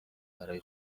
برای